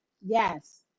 yes